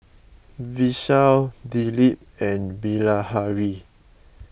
Vishal Dilip and Bilahari